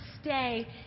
stay